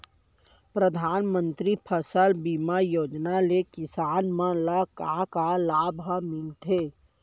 परधानमंतरी फसल बीमा योजना ले किसान मन ला का का लाभ ह मिलथे?